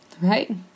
Right